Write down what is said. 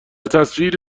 تصویر